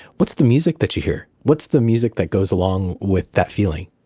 what's the music that you hear? what's the music that goes along with that feeling?